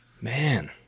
Man